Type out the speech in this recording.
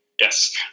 Yes